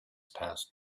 passed